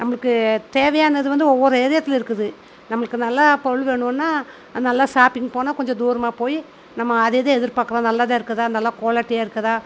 நம்மளுக்கு தேவையானது வந்து ஒவ்வொரு ஏரியாத்துல இருக்குது நம்மளுக்கு நல்லா பொருள் வேணும்னா நல்லா ஷாப்பிங் போனால் கொஞ்சம் தூரமாக போய் நம்ம அது இதை எதிர் பாக்கிறோம் நல்லதாக இருக்குதா நல்லா குவாலிட்டியாக இருக்குதா